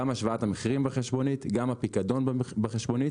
גם השוואת המחירים בחשבונית, גם הפיקדון בחשבונית